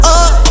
up